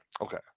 okay